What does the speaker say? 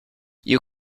you